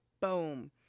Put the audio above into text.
boom